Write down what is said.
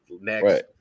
next